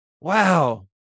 Wow